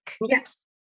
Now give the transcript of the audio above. Yes